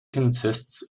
consists